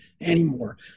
anymore